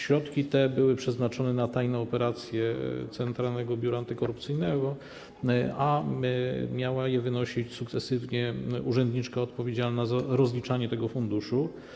Środki te były przeznaczone na tajne operacje Centralnego Biura Antykorupcyjnego, a miała je sukcesywnie wynosić urzędniczka odpowiedzialna za rozliczanie tego funduszu.